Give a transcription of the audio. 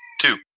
Two